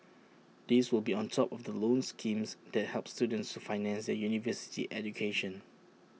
these will be on top of the loan schemes that help students to finance their university education